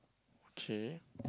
okay